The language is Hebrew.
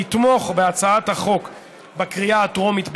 לתמוך בהצעת החוק בקריאה הטרומית בלבד,